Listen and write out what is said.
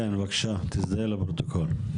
כן, בבקשה תזדהה לפרוטוקול.